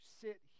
sit